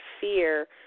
fear